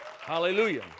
Hallelujah